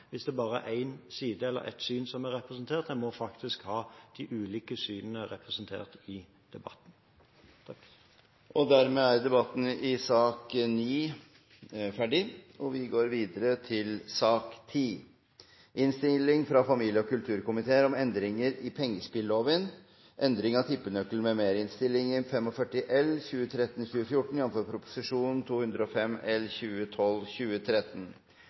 hvis det bare er én side eller ett syn som er representert, en må faktisk ha de ulike synene representert i debatten. Dermed er debatten i sak nr. 9 avsluttet. Etter ønske fra familie- og kulturkomiteen